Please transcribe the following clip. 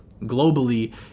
globally